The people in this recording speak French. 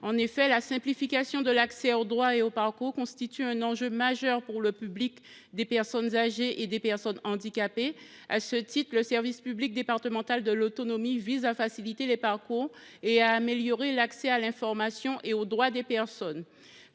(RGPD). La simplification de l’accès aux droits et aux parcours constitue un enjeu majeur pour le public des personnes âgées et des personnes handicapées. À ce titre, le service public départemental de l’autonomie vise à faciliter les parcours et à améliorer l’accès à l’information et aux droits des personnes.